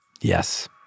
Yes